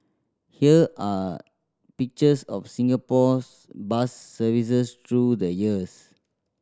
here are pictures of Singapore's bus services through the years